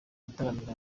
gutaramira